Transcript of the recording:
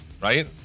right